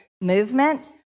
movement